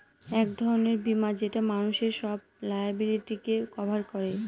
এক ধরনের বীমা যেটা মানুষের সব লায়াবিলিটিকে কভার করে